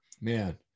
Man